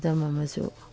ꯈꯨꯗꯝ ꯑꯃꯁꯨ